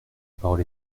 parole